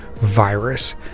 virus